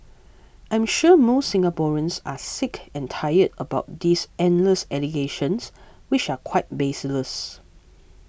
I am sure most Singaporeans are sick and tired about these endless allegations which are quite baseless